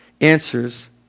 Answers